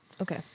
Okay